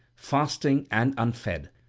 fasting and unfed,